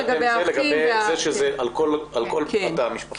לגבי זה שזה על כל התא המשפחתי.